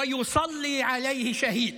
ומתפלל עליו שהיד.)